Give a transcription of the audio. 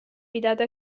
pidada